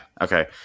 Okay